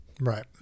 Right